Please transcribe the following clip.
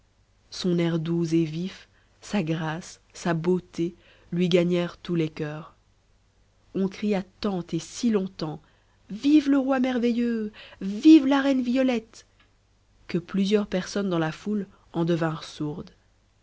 son air doux et vif sa grâce sa beauté lui gagneront tous les coeurs on cria tant et si longtemps vive le roi merveilleux vive la reine violette que plusieurs personnes dans la foule en devinrent sourdes